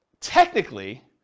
technically